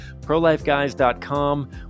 ProLifeGuys.com